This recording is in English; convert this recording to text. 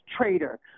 traitor